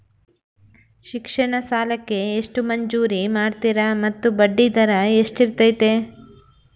ಶಿಕ್ಷಣ ಸಾಲಕ್ಕೆ ಎಷ್ಟು ಮಂಜೂರು ಮಾಡ್ತೇರಿ ಮತ್ತು ಬಡ್ಡಿದರ ಎಷ್ಟಿರ್ತೈತೆ?